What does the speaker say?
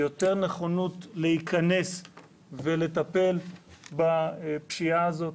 יותר נכונות להיכנס ולטפל בפשיעה הזאת,